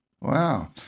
Wow